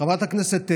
חברת הכנסת וולדיגר,